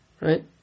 right